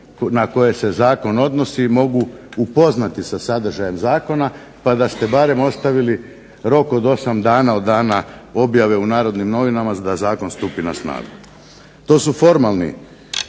na koje se zakon odnosi mogu upoznati sa sadržajem zakona pa da ste barem ostavili rok od 8 dana od dana objave u Narodnim novinama da Zakon stupi na snagu. To su formalni